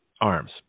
arms